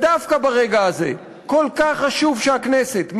דווקא ברגע הזה כל כך חשוב שהכנסת,